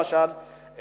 למשל,